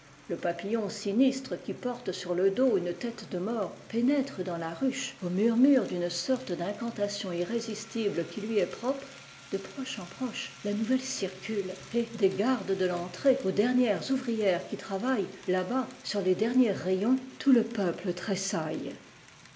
le papillon sinistre qui porte sur le dos une tête de mort pénètre dans la ruche au murmure d'une sorte d'incantation irrésistible qui lui est propre de proche en f roche la nouvelle circulé et des gardes de entrée aux dernières ouvrières qui travaillent là-bas sur les derpiers rayons tout le peuple tressaille